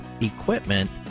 equipment